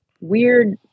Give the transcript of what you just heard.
weird